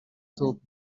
top